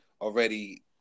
already